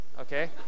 okay